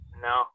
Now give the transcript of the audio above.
No